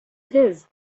his